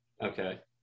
Okay